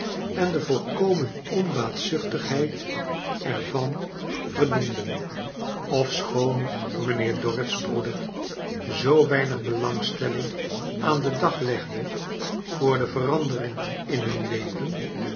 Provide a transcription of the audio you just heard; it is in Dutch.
en de volkomen onbaatzuchtigheid er van verdienden ofschoon mijnheer dorrit's broeder zoo weinig belangstelling aan den dag legde voor de verandering in hun levem